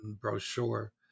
brochure